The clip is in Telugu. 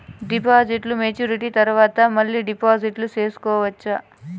డిపాజిట్లు మెచ్యూరిటీ తర్వాత మళ్ళీ డిపాజిట్లు సేసుకోవచ్చా?